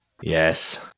Yes